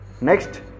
Next